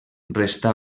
restà